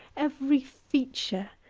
every feature.